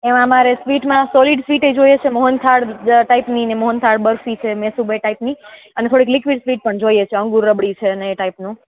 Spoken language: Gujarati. એમાં અમારે સ્વીટમાં સોલિડ સ્વીટ એ જોએ છે મોહન થાળ ટાઇપની ને મોહન થાળ બરફી છે મેસૂબે ટાઈપની અને થોડીક લિક્વિડ સ્વીટ પણ જોઈએ છે અંગૂર રબડી છે ને એ ટાઇપનું